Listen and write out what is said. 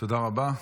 תודה רבה.